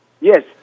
Yes